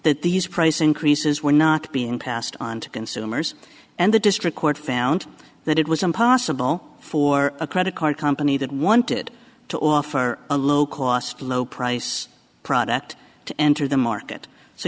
that these price increases were not being passed on to consumers and the district court found that it was impossible for a credit card company that wanted to offer a low cost low price product to enter the market so